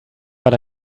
but